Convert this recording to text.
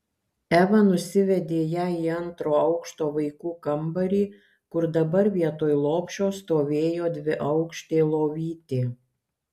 eva nusivedė ją į antro aukšto vaikų kambarį kur dabar vietoj lopšio stovėjo dviaukštė lovytė